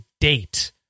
date